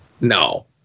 No